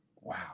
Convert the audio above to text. wow